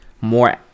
more